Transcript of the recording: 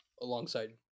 alongside